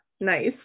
Nice